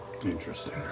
Interesting